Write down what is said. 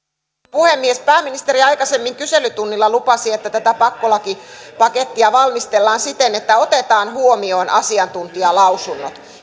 puhemies pääministeri aikaisemmin kyselytunnilla lupasi että tätä pakkolakipakettia valmistellaan siten että otetaan huomioon asiantuntijalausunnot